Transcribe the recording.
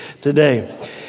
today